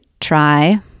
try